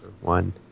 one